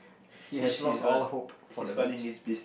he has lost all hope for the beach